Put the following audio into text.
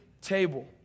table